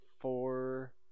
four